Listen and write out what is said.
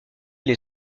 les